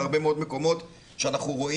בהרבה מאוד מקומות אנחנו רואים,